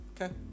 okay